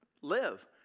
live